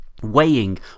weighing